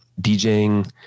djing